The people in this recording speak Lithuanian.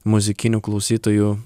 muzikinių klausytojų